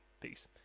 Peace